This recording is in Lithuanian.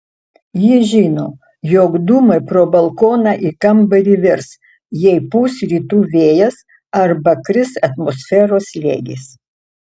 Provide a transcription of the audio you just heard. ji žino jog dūmai pro balkoną į kambarį virs jei pūs rytų vėjas arba kris atmosferos slėgis